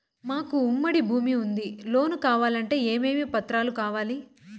మాకు ఉమ్మడి భూమి ఉంది లోను కావాలంటే ఏమేమి పత్రాలు కావాలి?